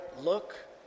look